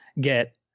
get